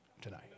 tonight